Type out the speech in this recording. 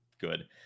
good